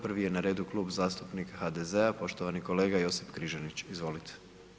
Prvi je na redu Klub zastupnika HDZ-a, poštovani kolega Josip Križanić, izvolite.